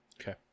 Okay